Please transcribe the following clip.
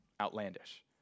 outlandish